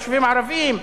ביישובים הערביים,